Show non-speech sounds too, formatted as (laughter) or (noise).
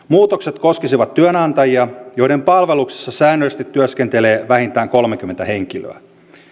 (unintelligible) muutokset koskisivat työnantajia joiden palveluksessa säännöllisesti työskentelee vähintään kolmekymmentä henkilöä